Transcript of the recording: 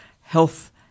Health